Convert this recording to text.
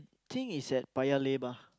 think it's at Paya-Lebar